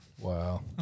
Wow